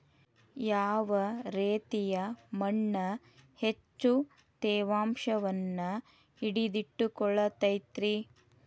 ಯಾವ ರೇತಿಯ ಮಣ್ಣ ಹೆಚ್ಚು ತೇವಾಂಶವನ್ನ ಹಿಡಿದಿಟ್ಟುಕೊಳ್ಳತೈತ್ರಿ?